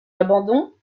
abandon